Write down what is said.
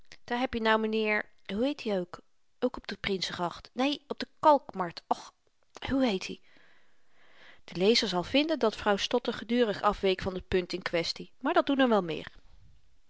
daar heb je nou m'nheer hoe heet i ook ook op de prinsengracht neen op de kalkmarkt och hoe heet i de lezer zal vinden dat vrouw stotter gedurig afweek van t punt in kwestie maar dat doen er wel meer